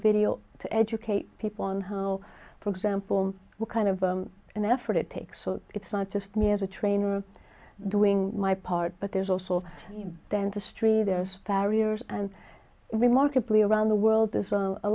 video to educate people on how for example what kind of an effort it takes so it's not just me as a trainer doing my part but there's also dentistry there's farriers and remarkably around the world